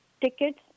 tickets